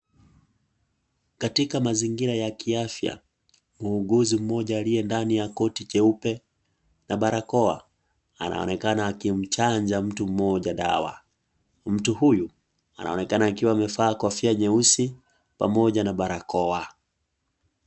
Katika mazingira ya kiafya, muuguzi mmoja aliye ndani ya koti jeupe na barakoa anaonekana akimchanja mtu mmoja dawa, mtu huyu anaonekana akiwa amevaa kofia nyeusi pamoja na barakoa.